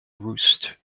roost